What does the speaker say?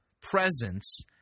presence